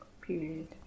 Period